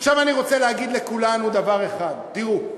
עכשיו אני רוצה להגיד לכולנו דבר אחד: תראו,